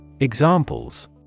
Examples